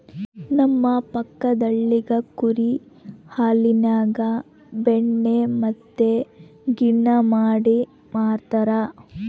ನಮ್ಮ ಪಕ್ಕದಳ್ಳಿಗ ಕುರಿ ಹಾಲಿನ್ಯಾಗ ಬೆಣ್ಣೆ ಮತ್ತೆ ಗಿಣ್ಣು ಮಾಡಿ ಮಾರ್ತರಾ